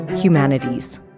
humanities